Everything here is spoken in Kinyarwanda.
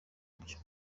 bye